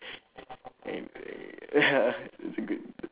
okay ya it's good